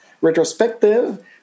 retrospective